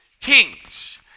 kings